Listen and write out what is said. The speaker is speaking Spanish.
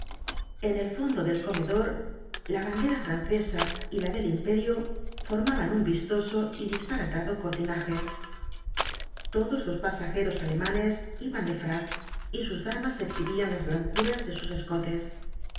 en el fondo del comedor la bandera fran cesa y la del imperio formaban un vistoso y disparatado cortinaje todos los pasajeros alemanes iban de frac y sus damas exhibían las blancuras de sus escotes